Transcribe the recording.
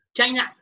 China